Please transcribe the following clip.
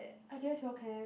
I guess you all can